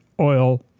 oil